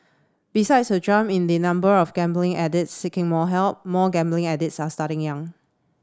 besides a jump in the number of gambling addicts seeking help more gambling addicts are starting young